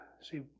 see